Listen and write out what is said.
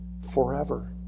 Forever